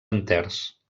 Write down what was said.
enters